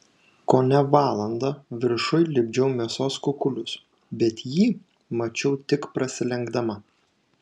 kone valandą viršuj lipdžiau mėsos kukulius bet jį mačiau tik prasilenkdama